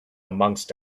amongst